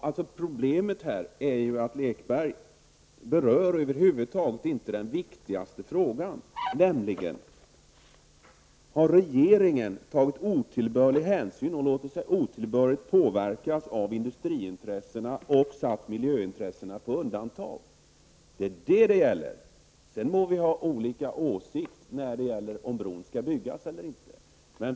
Herr talman! Sören Lekberg berör över huvud taget inte den viktigaste frågan, nämligen om regeringen har tagit otillbörlig hänsyn och låtit sig otillbörligt påverkas av industriintressena så att miljöintressena har blivit satta på undantag. Det är vad det handlar om. Sedan må vi ha olika åsikt när det gäller om bron skall byggas eller inte.